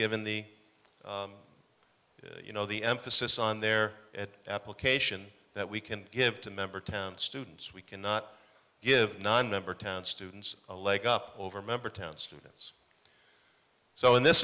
given the you know the emphasis on their application that we can give to member town students we cannot give nine member town students a leg up over member town students so in this